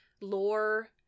lore